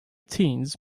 teens